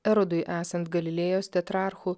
erodui esant galilėjos tetrarchu